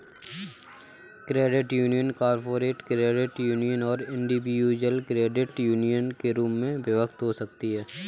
credit union corporate credit union और individual credit union के रूप में विभक्त हो सकती हैं